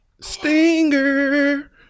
Stinger